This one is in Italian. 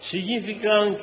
Significa